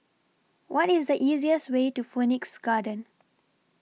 What IS The easiest Way to Phoenix Garden